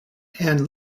and